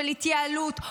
של התייעלות,